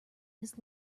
his